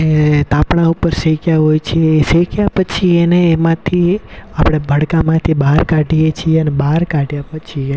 એ તાપણા ઉપર શેકયા હોય છે એ શેકયા પછી એને એમાંથી આપણે ભડકામાંથી બહાર કાઢીએ છીએ અને બહાર કાઢ્યા પછી એ